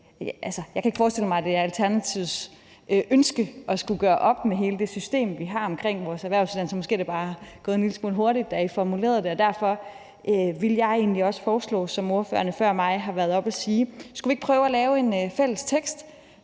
Jeg kan ikke forestille mig, at det er Alternativets ønske at skulle gøre op med hele det system, vi har omkring vores erhvervsuddannelser, måske er det bare gået en lille smule hurtigt, da I formulerede det, og derfor vil jeg egentlig også foreslå, som ordførerne før mig har været oppe at gøre, om ikke vi skulle prøve at lave en fælles tekst,